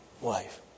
wife